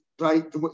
right